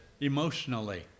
emotionally